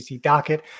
docket